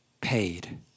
paid